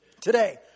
Today